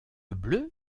bleue